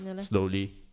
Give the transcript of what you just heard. Slowly